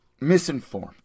misinformed